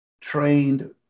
trained